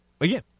again